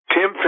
Tim